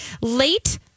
late